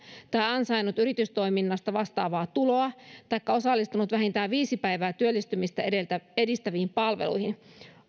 tai ansainnut yritystoiminnasta vastaavaa tuloa taikka osallistunut vähintään viisi päivää työllistymistä edistäviin palveluihin